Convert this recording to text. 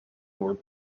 were